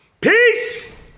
Peace